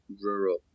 rural